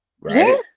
Right